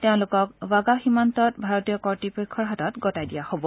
তেওঁলোকক ৱাগাহ সীমান্তত ভাৰতীয় কৰ্তৃপক্ষৰ হাতত গতাই দিয়া হব